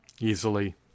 easily